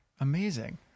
amazing